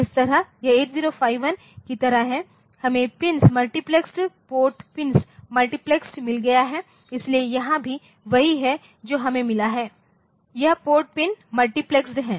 इस तरह यह 8051 की तरह है हमें pins multiplex port pins multiplex मिल गया है इसलिए यहां भी वही है जो हमें मिला है यह पोर्ट पिन मल्टीप्लेक्स है